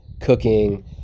cooking